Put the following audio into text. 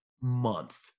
month